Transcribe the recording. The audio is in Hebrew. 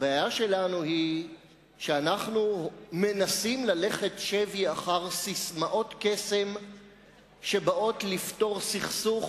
הבעיה שלנו היא שאנחנו מנסים ללכת שבי אחר ססמאות קסם שבאות לפתור סכסוך